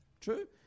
True